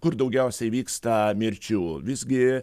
kur daugiausia įvyksta mirčių visgi